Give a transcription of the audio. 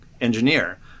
engineer